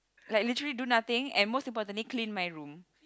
like literally do nothing and most importantly clean my room